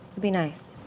be nice.